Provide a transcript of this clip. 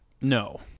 No